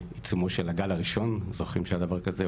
בעיצומו של הגל הראשון אם אתם זוכרים שהיה דבר כזה,